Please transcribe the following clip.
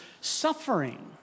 suffering